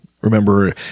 remember